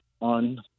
on